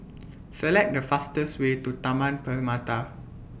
Select The fastest Way to Taman Permata